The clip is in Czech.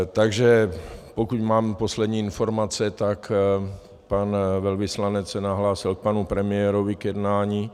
Takže pokud mám poslední informace, tak pan velvyslanec se nahlásil k panu premiérovi k jednání.